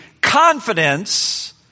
confidence